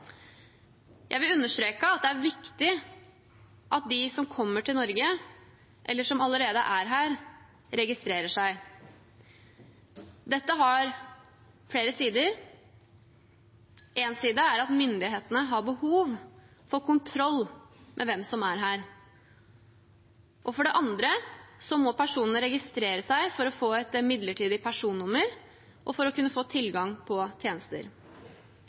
Jeg vil understreke at det er viktig at de som kommer til Norge, eller som allerede er her, registrerer seg. Dette har flere sider. En side er at myndighetene har behov for kontroll med hvem som er her. For det andre må personene registrere seg for å få et midlertidig personnummer og for å kunne få tilgang på tjenester.